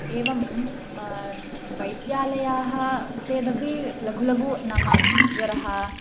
एवं वैद्यालयाः चेदपि लघुलघु नाम ज्वरः